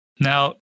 Now